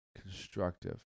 constructive